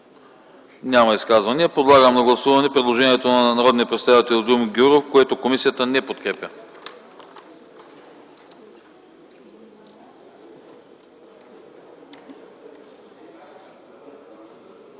Няма изказвания. Подлагам на гласуване предложението на народния представител Димо Гяуров, което комисията не подкрепя.